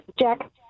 Jack